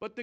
but the